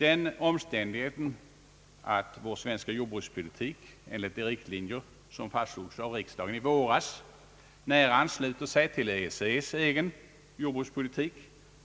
Den omständigheten att vår svenska jordbrukspolitik enligt de riktlinjer som fastslogs av riksdagen i våras nära ansluter sig till EEC:s egen jordbrukspolitik